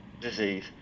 disease